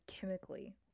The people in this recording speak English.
chemically